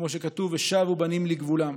כמו שכתוב: "ושבו בנים לגבולם".